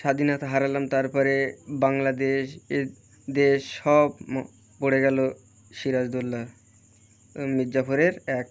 স্বাধীনতা হারালাম তারপরে বাংলাদেশ এ দেশ সব পড়ে গেলো সিরাজউদোল্লা মীরজাফরের এক